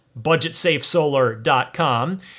BudgetSafeSolar.com